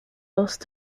lost